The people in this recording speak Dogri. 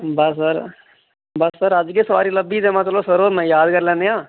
बस सर बस सर अज्ज गै सवारी लब्भी ते महां सर होरें न याद करी लैन्ने आं